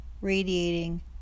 radiating